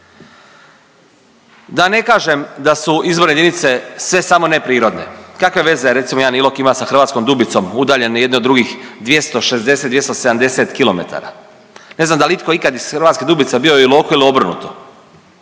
Da ne kažem da su izborne jedinice sve samo ne prirodne. Kakve veze recimo jedan Ilok ima sa Hrvatskom Dubicom udaljeni jedni od drugih 260, 270 km. Ne znam da li je itko ikad iz Hrvatske Dubice bio u Iloku ili obrnuto.